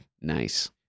Nice